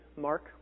Mark